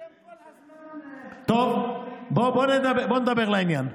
טוב, בוא נדבר לעניין.